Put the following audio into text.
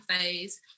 phase